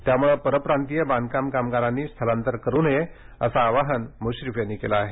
त्यामुळे परप्रांतीय बांधकाम कामगारांनी स्थलांतर करू नये असं आवाहनही मुश्रीफ यांनी केलं आहे